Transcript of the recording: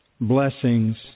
blessings